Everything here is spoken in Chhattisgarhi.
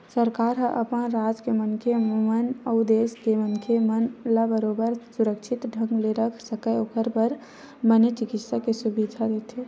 सरकार ह अपन राज के मनखे अउ देस के मनखे मन ला बरोबर सुरक्छित ढंग ले रख सकय ओखर बर बने चिकित्सा के सुबिधा देथे